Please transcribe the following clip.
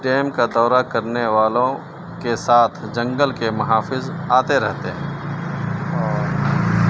dam کا دورہ کرنے والوں کے ساتھ جنگل کے محافظ آتے رہتے ہیں